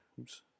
Oops